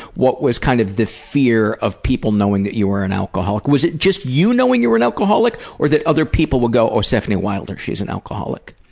what was kind of the fear of people knowing that you were an alcoholic? was it just you knowing you were an alcoholic? or that other people would go oh, stefanie wilder, she's an alcoholic.